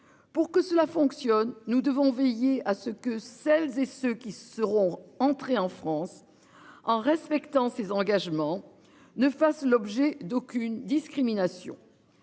pour que cela fonctionne. Nous devons veiller à ce que celles et ceux qui seront entrés en France en respectant ses engagements ne fasse l'objet d'aucune discrimination.